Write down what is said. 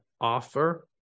Offer